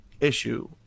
issue